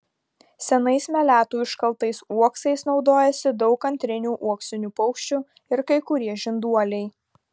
senais meletų iškaltais uoksais naudojasi daug antrinių uoksinių paukščių ir kai kurie žinduoliai